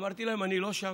אמרתי להם: אני לא שם.